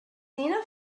lena